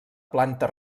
planta